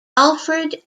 alfred